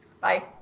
Bye